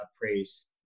praise